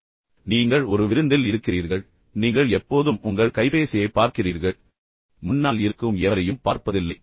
எனவே நீங்கள் ஒரு விருந்தில் இருக்கிறீர்கள் ஆனால் நீங்கள் எப்போதும் உங்கள் கைபேசியைப் பார்க்கிறீர்கள் பின்னர் நீங்கள் முன்னால் இருக்கும் எவரையும் பார்ப்பதில்லை